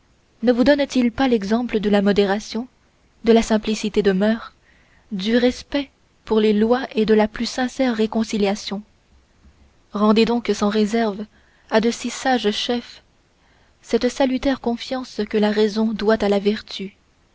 ne vous donnent-ils pas l'exemple de la modération de la simplicité de mœurs du respect pour les lois et de la plus sincère réconciliation rendez donc sans réserve à de si sages chefs cette salutaire confiance que la raison doit à la vertu